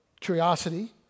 curiosity